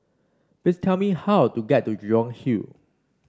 please tell me how to get to Jurong Hill